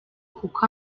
kuko